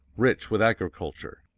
rich with agriculture,